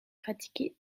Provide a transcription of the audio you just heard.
pratiqué